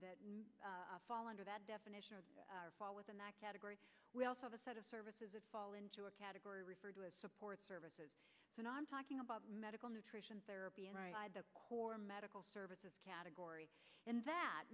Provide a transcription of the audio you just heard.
that fall under that definition fall within that category we also have a set of services that fall into a category referred to as support services and i'm talking about medical nutrition therapy and the core medical services category in that